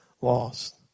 lost